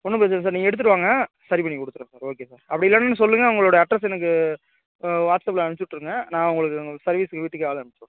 ஒன்னும் பிரச்சனை இல்லை சார் நீங்கள் எடுத்துகிட்டு வாங்க சரி பண்ணி கொடுத்துர்றேன் சார் ஓகே சார் அப்படி இல்லைன்னா சொல்லுங்கள் உங்களோட அட்ரஸ் எனக்கு வாட்ஸ்அப்பில் அனுப்பிச்சி விட்ருங்க நான் உங்களுக்கு சர்விஸ்க்கு வீட்டுக்கே ஆள் அனுப்புகிறேன்